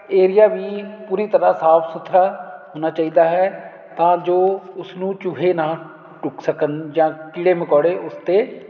area ਵੀ ਪੂਰੀ ਤਰ੍ਹਾਂ ਸਾਫ਼ ਸੁਥਰਾ ਹੋਣਾ ਚਾਹੀਦਾ ਹੈ ਤਾਂ ਜੋ ਉਸਨੂੰ ਚੂਹੇ ਨਾ ਟੁੱਕ ਸਕਣ ਜਾਂ ਕੀੜੇ ਮਕੌੜੇ ਉਸ 'ਤੇ